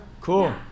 cool